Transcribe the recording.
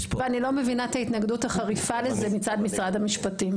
אני לא מבינה את ההתנגדות החריפה לזה מצד משרד המשפטים.